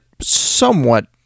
somewhat